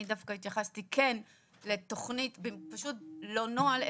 אני דווקא התייחסתי כן לתכנית פשוט לא נוהל,